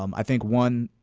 um i think, one,